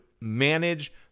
manage